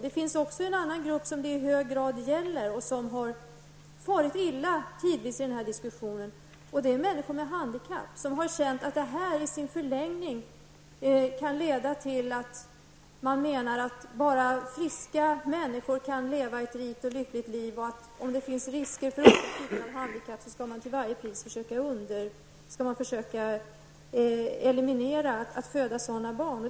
Det finns också en annan grupp som i hög grad berörs och som tidvis har farit illa i denna diskussion, nämligen människor med handikapp, som befarar att detta i förlängningen kan leda till inställningen att bara friska människor kan leva ett rikt och lyckligt liv, och att man, om det finns risker för någon typ av handikapp, till varje pris skall försöka eliminera risken att sådana barn föds.